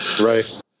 Right